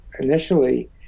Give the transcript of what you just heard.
initially